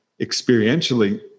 experientially